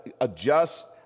adjust